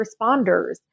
responders